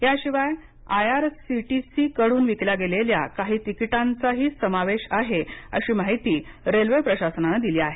याशिवाय आयआरसीटीसीकड्रन विकल्या गेलेल्या काही तिकीटांचाही समावेश आहे अशी माहिती रेल्वे प्रशासनाने दिली आहे